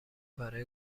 برای